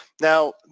Now